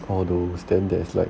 all those then there is like